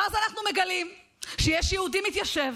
ואז אנחנו מגלים שיש יהודי מתיישב